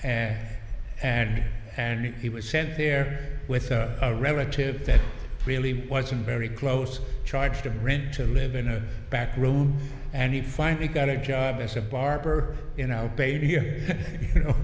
and and and he was sent there with a relative that really wasn't very close charge to rent to live in a back room and he finally got a job as a barber you know baby here you know